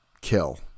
kill